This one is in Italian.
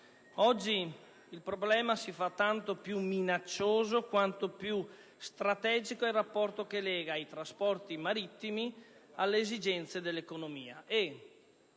Oggi il problema si fa tanto più minaccioso quanto più strategico è il rapporto che lega i trasporti marittimi alle esigenze dell'economia